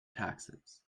taxes